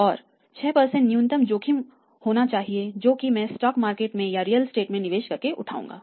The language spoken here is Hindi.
और 6 न्यूनतम जोखिम होना चाहिए जो कि मैं स्टॉक मार्केट में या रियल स्टेट में निवेश करके उठाऊंगा